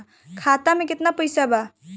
खाता में केतना पइसा बा?